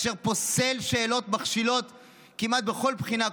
אשר פוסל שאלות מכשילות כמעט בכל בחינה,